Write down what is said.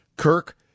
Kirk